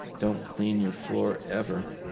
don't clean your floor ever.